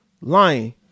lying